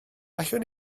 allwn